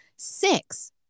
Six